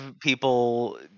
people